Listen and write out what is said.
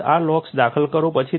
ત્યાર બાદ આ લોક્સ દાખલ કરો